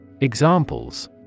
Examples